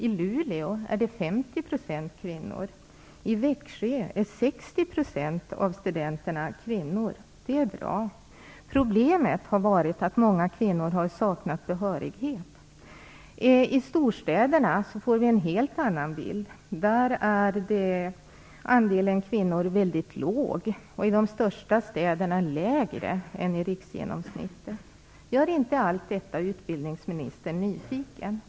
I Luleå är det 50 % kvinnor. I Växjö är 60 % av studenterna kvinnor. Det är bra. Problemet har varit att många kvinnor har saknat behörighet. I storstäderna får vi en helt annan bild. Där är andelen kvinnor väldigt liten - i de största städerna lägre än riksgenomsnittet. Gör inte allt detta utbildningsministern nyfiken?